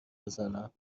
بزنم